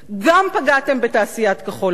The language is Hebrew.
גם פגעתם בתעשיית כחול-לבן,